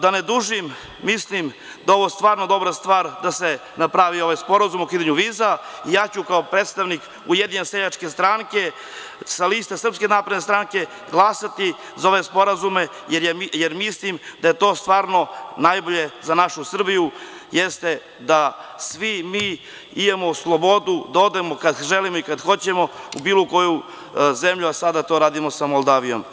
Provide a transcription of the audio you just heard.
Da ne dužim mislim da je ovo stvarno dobra stvar da se napravi ovaj sporazum o ukidanju viza i ja ću kao predstavnik Ujedinjene seljačke stranke sa liste SNS glasati za ove sporazume jer mislim da je najbolje za našu Srbiju, a to jeste da svi mi imamo slobodu da odemo kad god želimo i hoćemo u bilo koju zemlju, a sada to radimo sa Moldavijom.